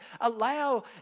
allow